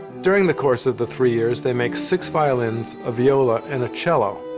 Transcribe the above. during the course of the three years, they make six violins, a viola and a cello.